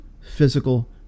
physical